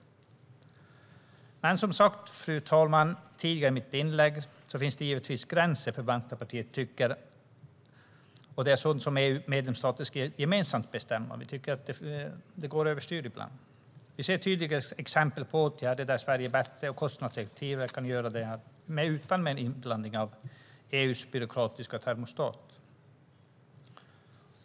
Fru talman! Som jag har sagt tidigare i mitt inlägg finns det givetvis gränser för vad Vänsterpartiet tycker. Det är sådant som EU:s medlemsstater gemensamt ska bestämma. Det går över styr ibland. Det finns tydliga exempel på åtgärder där Sverige kan göra detta på ett bättre och kostnadseffektivare sätt utan inblandning av EU:s byråkratiska termostat.